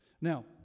Now